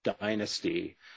dynasty